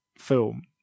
film